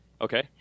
okay